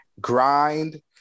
grind